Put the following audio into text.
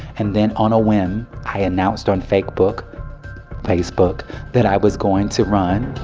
and then, on a whim, i announced on fakebook facebook that i was going to run